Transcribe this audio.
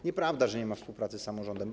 Nieprawda, że nie ma współpracy z samorządem.